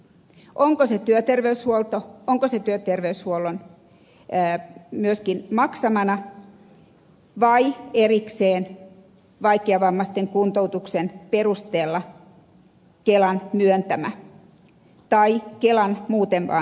onko se työterveyshuolto onko se työterveyshuollon myöskin maksamana vai erikseen vaikeavammaisten kuntoutuksen perusteella kelan myöntämä tai kelan muuten vaan myöntämä